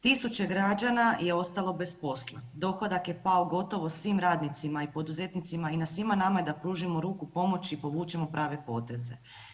Tisuće građana je ostalo bez posla, dohodak je pao gotovo svim radnicima i poduzetnicima i na svima nama je da pružimo ruku pomoći i povučemo prave poteze.